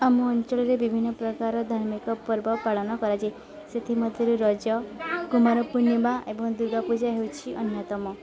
ଆମ ଅଞ୍ଚଳରେ ବିଭିନ୍ନ ପ୍ରକାର ଧାର୍ମିକ ପର୍ବ ପାଳନ କରାଯାଏ ସେଥିମଧ୍ୟରୁ ରଜ କୁମାର ପୂର୍ଣ୍ଣିମା ଏବଂ ଦୂର୍ଗା ପୂଜା ହେଉଛି ଅନ୍ୟତମ